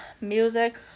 music